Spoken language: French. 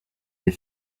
les